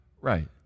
right